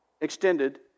extended